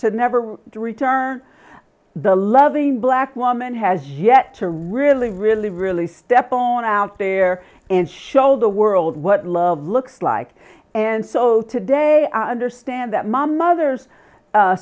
to never return the loving black woman has yet to really really really step on out there and show the world what love looks like and so today i understand that my mother's